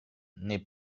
n’est